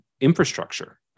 infrastructure